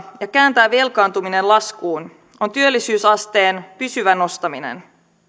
ja kääntää velkaantuminen laskuun on työllisyysasteen pysyvä nostaminen